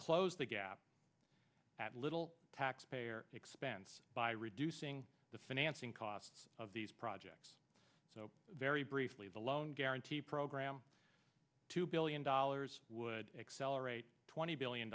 close the gap at little taxpayer expense by reducing the financing costs of these projects so very briefly the loan aren t program two billion dollars would accelerate twenty billion